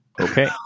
Okay